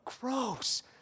gross